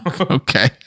Okay